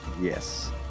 Yes